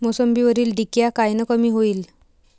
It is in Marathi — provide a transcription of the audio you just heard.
मोसंबीवरील डिक्या कायनं कमी होईल?